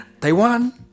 Taiwan